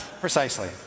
Precisely